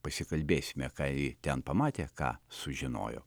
pasikalbėsime ką ji ten pamatė ką sužinojo